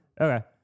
Okay